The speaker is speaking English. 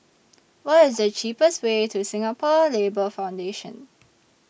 What IS The cheapest Way to Singapore Labour Foundation